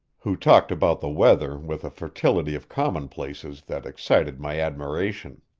who talked about the weather with a fertility of commonplaces that excited my admiration.